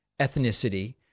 ethnicity